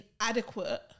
inadequate